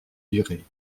durée